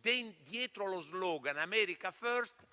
dietro lo *slogan* "America First"